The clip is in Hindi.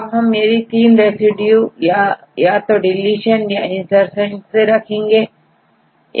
अब हम यह तीन रेसिड्यू या तो डीलीशन या insertion से रखेंगे